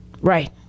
Right